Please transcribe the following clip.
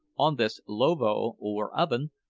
on this lovo, or oven,